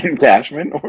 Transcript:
Cashman